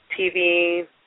TV